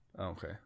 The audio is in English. Okay